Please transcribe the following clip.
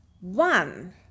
one